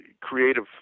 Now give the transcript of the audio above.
creative